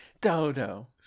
dodo